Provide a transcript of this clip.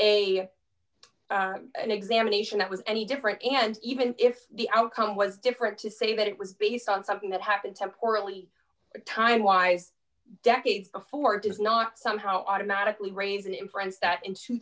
a an examination that was any different and even if the outcome was different to say that it was based on something that happened or only time wise decades before it is not somehow automatically raise an inference that in two